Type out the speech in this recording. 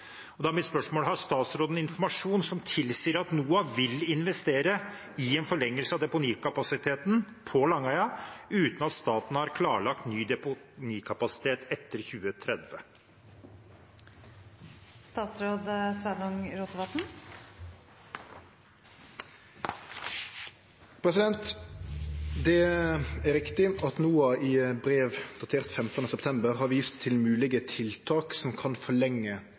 Har statsråden informasjon som tilsier at NOAH vil investere i en forlengelse av deponikapasiteten på Langøya uten at staten har klarlagt ny deponikapasitet etter 2030?» Det er riktig at NOAH i brev datert 15. september har vist til moglege tiltak som kan